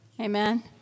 Amen